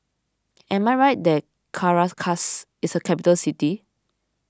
am I right that Caracas is a capital city